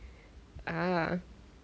ah